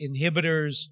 inhibitors